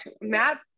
Matt's